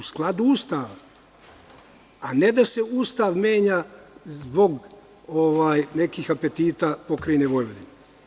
U skladu sa Ustavom, a ne da se Ustav menja zbog nekih apetita pokrajine Vojvodine.